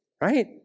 right